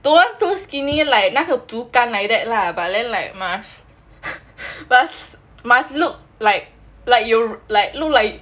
don't want too skinny like 那个竹竿 like that lah but then like must must look like like